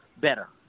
better